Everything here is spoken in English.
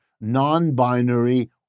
non-binary